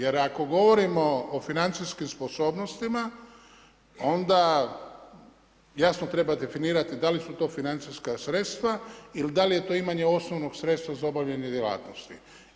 Jer ako govorimo o financijskim sposobnostima onda jasno treba definirati da li su to financijska sredstva ili da li je to imanje osnovnog sredstva za obavljanje djelatnosti.